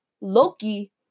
Loki